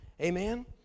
Amen